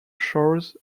shores